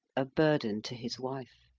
a burden to his wife.